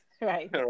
Right